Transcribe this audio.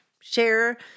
Share